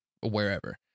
wherever